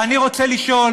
אני רוצה לשאול